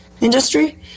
industry